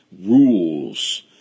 rules